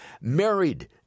Married